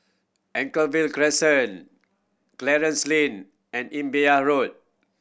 Anchorvale Crescent Clarence Lane and Imbiah Road